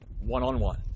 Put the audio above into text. One-on-one